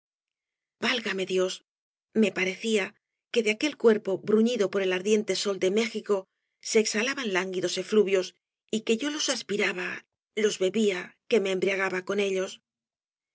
valle inclan dios me parecía que de aquel cuerpo bruñido por el ardiente sol de méxico se exhalaban lánguidos efluvios y que yo los aspiraba los bebía que me embriagaba con ellos